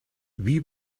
wie